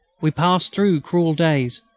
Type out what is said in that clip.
we passed through cruel days,